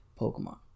Pokemon